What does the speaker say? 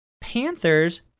Panthers